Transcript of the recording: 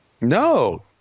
No